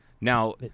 Now